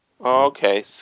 Okay